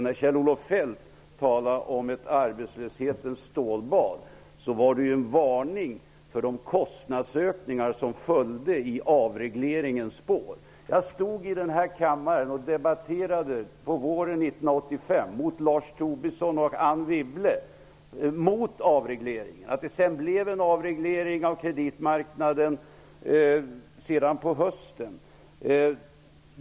När Kjell-Olof Feldt talade om ett arbetslöshetens stålbad var det en varning för de kostnadsökningar som följde i avregleringens spår. Jag debatterade i denna kammare med Lars Tobisson och Anne Wibble under våren 1985. Jag var emot avreglering. Det blev sedan på hösten en avreglering av kreditmarknaden.